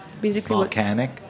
volcanic